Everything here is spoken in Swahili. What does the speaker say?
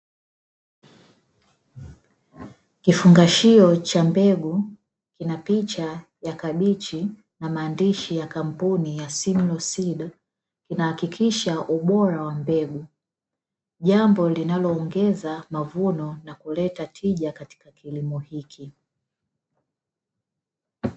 Kifungashio cha mbegu kinapicha ya kabichi na maandishi ya kampuni ya ¨simlaw seed¨ inahakikisha ubora wa mbegu, jambo linaloongeza mavuno na kuleta tija katika kilimo hiki.